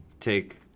Take